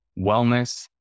wellness